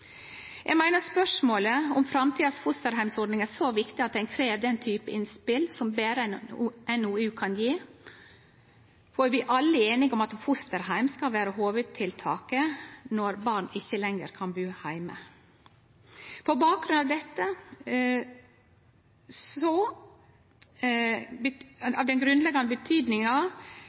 Eg meiner spørsmålet om framtidas fosterheimsordning er så viktig at det krev den typen innspel som berre ei NOU kan gje, for vi er alle einige om at fosterheim skal vere hovudtiltaket når barn ikkje lenger kan bu heime. På bakgrunn av denne grunnleggjande betydninga